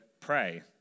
pray